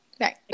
Right